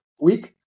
week